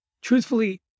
truthfully